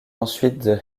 ensuite